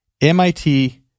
MIT